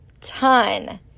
ton